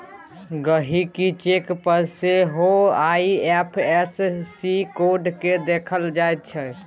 गहिंकी चेक पर सेहो आइ.एफ.एस.सी कोड केँ देखि सकै छै